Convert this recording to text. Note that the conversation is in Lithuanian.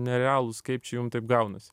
nerealūs kaip čia jum taip gaunasi